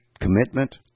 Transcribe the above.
commitment